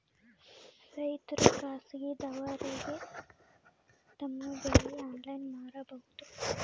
ರೈತರು ಖಾಸಗಿದವರಗೆ ತಮ್ಮ ಬೆಳಿ ಆನ್ಲೈನ್ ಮಾರಬಹುದು?